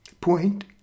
point